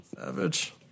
Savage